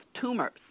tumors